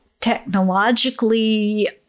technologically